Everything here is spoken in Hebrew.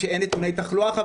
כשאין נתוני תחלואה,